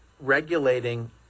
regulating